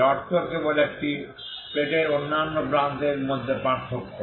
এর অর্থ কেবল একটি প্লেটের অন্যান্য প্রান্তের মধ্যে পার্থক্য